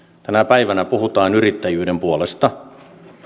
tänä päivänä puhutaan yrittäjyyden puolesta